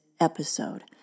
episode